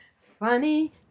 Funny